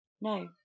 No